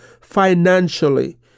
financially